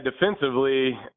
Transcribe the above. defensively